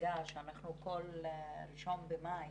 במפלגה שאנחנו כל ראשון במאי